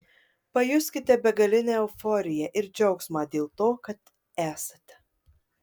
pajuskite begalinę euforiją ir džiaugsmą dėl to kad esate